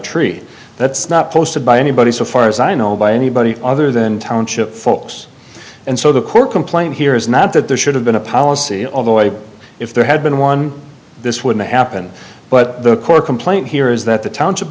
tree that's not posted by anybody so far as i know by anybody other than township folks and so the core complaint here is not that there should have been a policy although if there had been one this wouldn't happen but the core complaint here is that the township